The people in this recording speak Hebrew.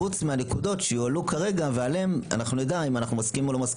חוץ מהנקודות שיועלו כרגע ועליהן נדע אם אנחנו מסכימים או לא.